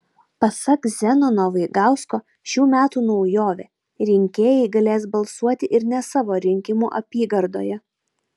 pasak zenono vaigausko šių metų naujovė rinkėjai galės balsuoti ir ne savo rinkimų apygardoje